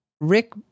Rick